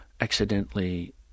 accidentally